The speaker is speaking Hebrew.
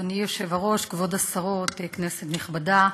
אדוני היושב-ראש, כבוד השרות, כנסת נכבדה,